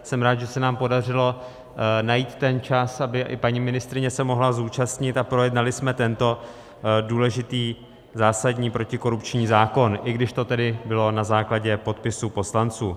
Jsem rád, že se nám podařilo najít ten čas, aby i paní ministryně se mohla zúčastnit a projednali jsme tento důležitý zásadní protikorupční zákon, i když to tedy bylo na základě podpisu poslanců.